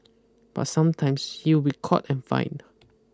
but sometimes she will be caught and fined